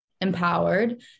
empowered